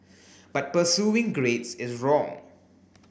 but pursuing grades is wrong